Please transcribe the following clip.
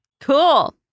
Cool